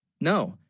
no,